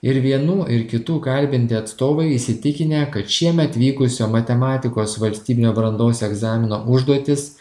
ir vienų ir kitų kalbinti atstovai įsitikinę kad šiemet vykusio matematikos valstybinio brandos egzamino užduotys